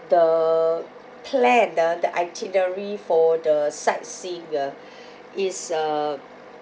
the plan ah the itinerary for the sightseeing ah is uh